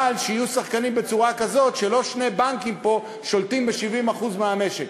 אבל שיהיו שחקנים בצורה כזאת שלא שני בנקים פה שולטים ב-70% מהמשק,